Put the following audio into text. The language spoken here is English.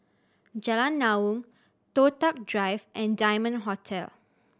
Jalan Naung Toh Tuck Drive and Diamond Hotel